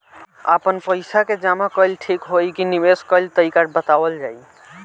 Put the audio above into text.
आपन पइसा के जमा कइल ठीक होई की निवेस कइल तइका बतावल जाई?